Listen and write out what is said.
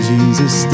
Jesus